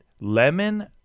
Lemon